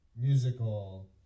musical